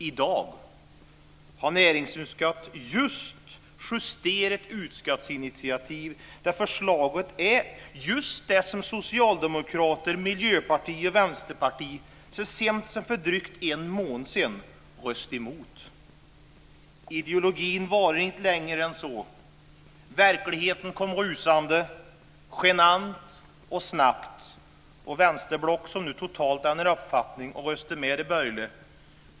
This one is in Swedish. I dag har näringsutskottet justerat ett utskottsinitiativ där förslaget är just det som Socialdemokraterna, Miljöpartiet och Vänsterpartiet så sent som för drygt en månad sedan röstade emot. Ideologin varade inte längre än så. Verkligheten kom rusande, genant och snabbt, mot vänsterblocket, som nu totalt ändrat uppfattning och röstar med de borgerliga.